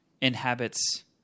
inhabits